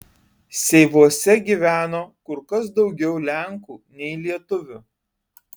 seivuose gyveno kur kas daugiau lenkų nei lietuvių